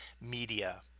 media